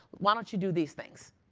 why don't you do these things?